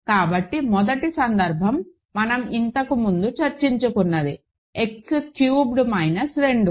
కాబట్టి మొదటి సందర్భం మనం ఇంతకు ముందు చర్చించుకున్నది X క్యూబ్డ్ మైనస్ 2